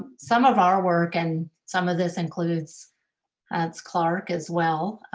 some of our work and some of this includes that's clark as well,